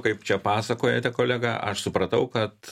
kaip čia pasakojate kolega aš supratau kad